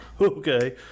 Okay